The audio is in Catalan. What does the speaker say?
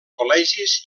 col·legis